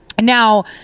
Now